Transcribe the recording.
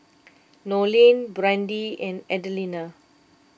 Nolen Brandi and Adelina